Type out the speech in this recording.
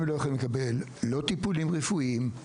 הם לא יכולים לקבל טיפולים רפואיים,